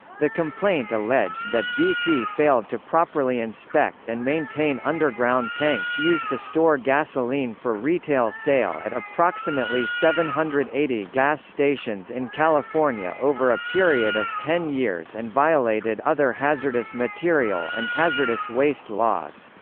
the complaint alleged that bp failed to properly inspect and maintain underground tanks used to store gasoline for retail sale at approximately seven hundred and eighty gas stations in california over a period of ten years and violated other hazardous material and hazardous waste laws.